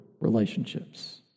relationships